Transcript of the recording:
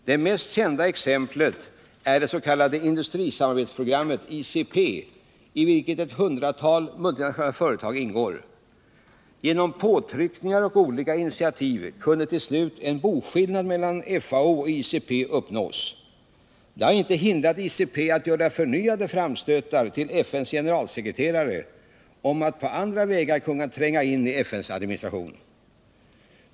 Det mest kända exemplet är det s.k. industrisamarbetsprogrammet , i vilket ett hundratal multinationella företag ingår. Genom påtryckningar och olika initiativ kunde till slut en boskillnad mellan FAO och ICP uppnås. Det har inte hindrat ICP att göra förnyade framstötar till FN:s generalsekreterare om att på andra vägar kunna tränga in i FN:s administration.